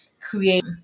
create